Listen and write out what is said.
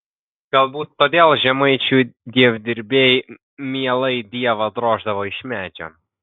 galbūt todėl žemaičių dievdirbiai mielai dievą droždavo iš medžio